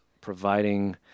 providing